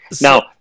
now